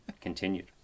continued